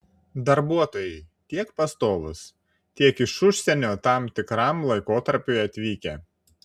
darbuotojai tiek pastovūs tiek iš užsienio tam tikram laikotarpiui atvykę